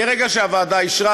מרגע שהוועדה אישרה,